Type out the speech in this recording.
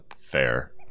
fair